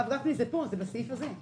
הרב גפני, זה מופיע בסעיף הזה.